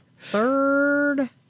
Third